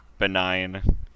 Benign